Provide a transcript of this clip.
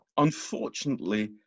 Unfortunately